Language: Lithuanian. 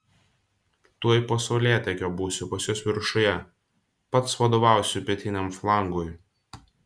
tuoj po saulėtekio būsiu pas jus viršuje pats vadovausiu pietiniam flangui